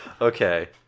okay